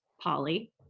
Polly